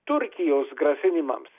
turkijos grasinimams